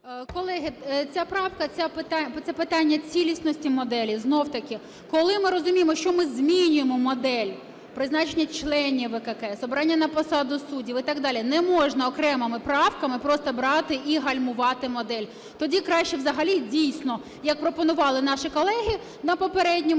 Колеги, ця правка, це питання цілісності моделі знову-таки. Коли ми розуміємо, що ми змінюємо модель, призначення членів ВККС, обрання на посаду суддів і так далі, не можна окремими правками просто брати і гальмувати модель. Тоді краще взагалі, дійсно, як пропонували наші колеги на попередньому,